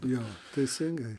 jo teisingai